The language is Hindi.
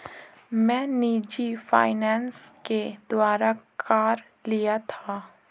मैं निजी फ़ाइनेंस के द्वारा कार लिया था